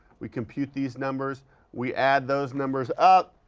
we compute these numbers. we add those numbers up.